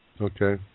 Okay